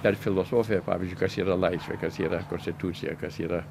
per filosofiją pavyzdžiui kas yra laisvė kas yra konstitucija kas yra